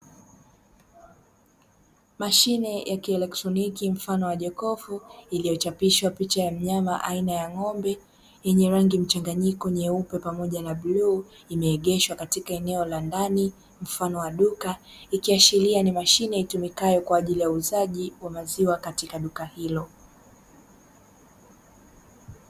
Mashine ya kielektroniki mfano wa jokofu, iliyochapishwa picha ya mnyama aina ya ng'ombe yenye rangi mchanganyiko nyeupe pamoja na bluu imeegeshwa katika eneo la ndani mfano wa duka, ikiashiria ni mashine itumikayo kwa ajili ya uuzaji wa maziwa katika duka hilo.